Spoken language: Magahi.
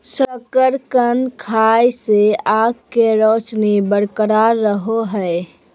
शकरकंद खाय से आंख के रोशनी बरकरार रहो हइ